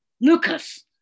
Lucas